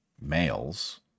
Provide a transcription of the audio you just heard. males